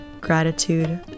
gratitude